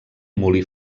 molí